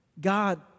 God